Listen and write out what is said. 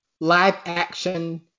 live-action